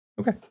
Okay